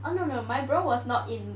oh no no my bro was not in